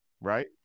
right